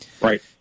Right